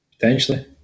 Potentially